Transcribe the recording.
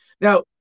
Now